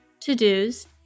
to-dos